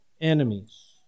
enemies